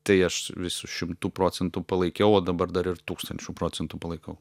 tai aš visu šimtu procentų palaikiau o dabar dar ir tūkstančiu procentų palaikau